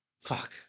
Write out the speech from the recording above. Fuck